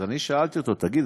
אז אני שאלתי אותו: תגיד,